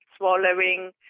swallowing